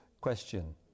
question